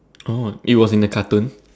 oh it was in the cartoon